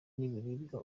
n’ibiribwa